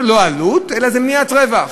זה לא עלות, אלא זה מניעת רווח.